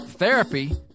Therapy